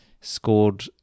scored